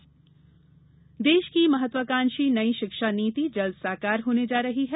नई शिक्षा नीति देश की महात्वाकांक्षी नई शिक्षा नीति जल्द साकार होने जा रही है